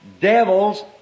devils